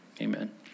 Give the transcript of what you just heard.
amen